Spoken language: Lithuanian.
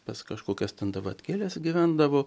pas kažkokias ten davatkėlės gyvendavo